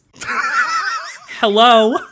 hello